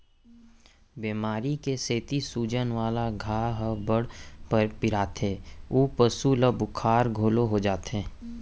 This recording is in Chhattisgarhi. बेमारी के सेती सूजन वाला जघा ह बड़ पिराथे अउ पसु ल बुखार घलौ हो जाथे